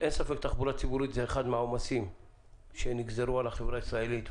אין ספק שתחבורה ציבורית זה אחד מהעומסים שנגזרו על החברה הישראלית,